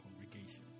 congregation